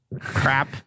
Crap